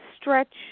stretch